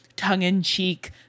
tongue-in-cheek